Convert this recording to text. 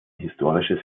historisches